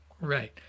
Right